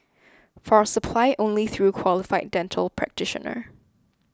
for supply only through qualified dental practitioner